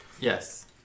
Yes